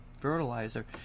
fertilizer